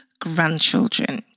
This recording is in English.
grandchildren